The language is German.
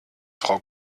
frau